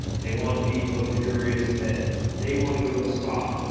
they want to be luxurious beds. they want to go to a spa.